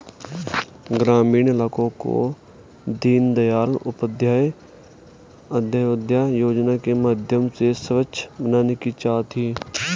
ग्रामीण इलाकों को दीनदयाल उपाध्याय अंत्योदय योजना के माध्यम से स्वच्छ बनाने की चाह थी